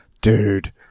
Dude